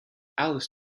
alice